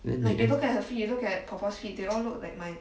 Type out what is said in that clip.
then 你 leh